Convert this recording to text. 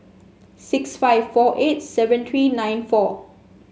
six five four eight seven three nine four